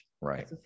Right